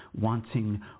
wanting